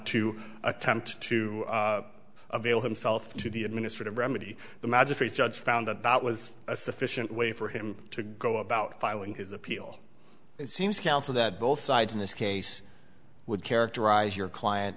to attempt to avail himself to the administrative remedy the magistrate judge found that that was a sufficient way for him to go about filing his appeal it seems kelso that both sides in this case would characterize your client